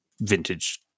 vintage